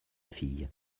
fille